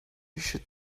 should